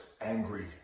angry